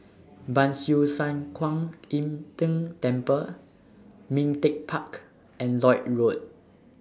Ban Siew San Kuan Im Tng Temple Ming Teck Park and Lloyd Road